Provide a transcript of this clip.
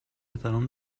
احترام